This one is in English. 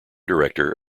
director